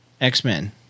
X-Men